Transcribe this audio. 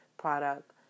product